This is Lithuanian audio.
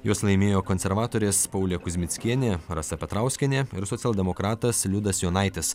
juos laimėjo konservatorės paulė kuzmickienė rasa petrauskienė ir socialdemokratas liudas jonaitis